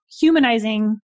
humanizing